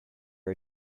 are